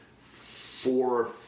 four